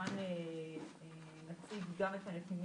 וכמובן נציג גם את הנתונים,